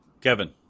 Kevin